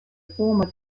former